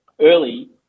early